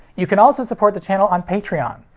you can also support the channel on patreon.